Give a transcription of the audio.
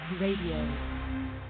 Radio